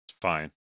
fine